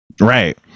Right